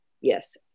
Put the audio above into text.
yes